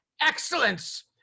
excellence